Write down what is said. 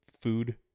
food